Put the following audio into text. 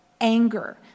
anger